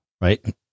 right